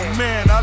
man